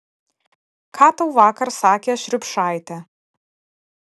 ką tau vakar sakė šriubšaitė